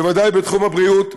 בוודאי בתחום הבריאות,